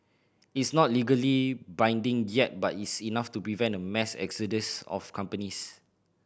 it's not legally binding yet but it's enough to prevent a mass exodus of companies